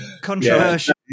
Controversial